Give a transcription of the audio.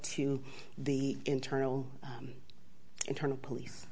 to the internal internal police